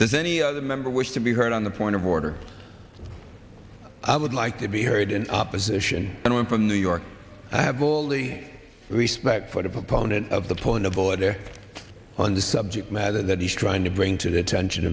that any other member wish to be heard on the point of order i would like to be heard in opposition and i'm from new york i have all the respect for the proponent of the poll in nevada on the subject matter that he's trying to bring to the attention